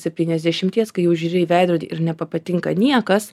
septyniasdešimties kai jau žiūri į veidrodį ir nebepatinka niekas